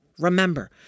Remember